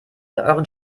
euren